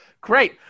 Great